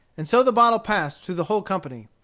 and so the bottle passed through the whole company.